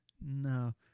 No